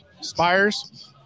Spires